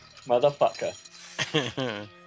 Motherfucker